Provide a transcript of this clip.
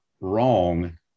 wrong